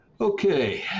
Okay